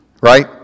right